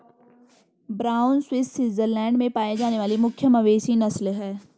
brown Swiss Switzerland में पाई जाने वाली मुख्य मवेशी नस्ल है